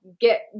get